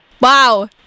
Wow